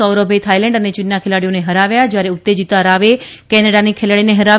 સૌરભે Thailand અને યીનના ખેલાડીઓને ફરાવ્યા જયારે ઉત્તેજિતા રાવે કેનેડાની ખેલાડીને ફરાવી